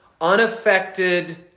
unaffected